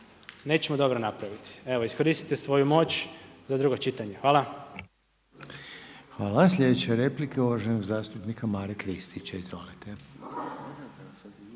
nećemo dobro napraviti. Evo iskoristite svoju moć za drugo čitanje. Hvala. **Reiner, Željko (HDZ)** Hvala. Sljedeća replika je uvaženog zastupnika Mare Kristića. Izvolite.